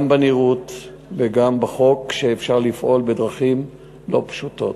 גם בנראות וגם בחוק שאפשר לפעול בדרכים לא פשוטות.